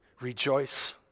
rejoice